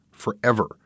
forever